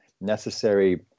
necessary